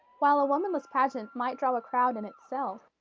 while a womanless pageant might draw a crowd in itself,